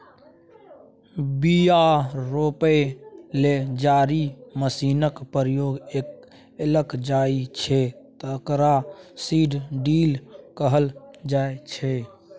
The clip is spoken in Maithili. बीया रोपय लेल जाहि मशीनक प्रयोग कएल जाइ छै तकरा सीड ड्रील कहल जाइ छै